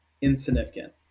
insignificant